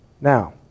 Now